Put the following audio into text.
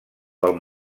pel